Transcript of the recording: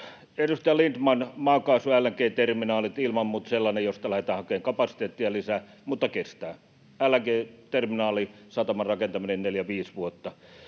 Edustaja Lindtman, maakaasun LNG-terminaalit ovat ilman muuta sellaisia, joista lähdetään hakemaan kapasiteettia lisää, mutta se kestää, LNG-terminaalisataman rakentaminen vie neljä viisi vuotta.